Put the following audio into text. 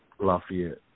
Lafayette